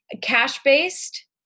cash-based